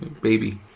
Baby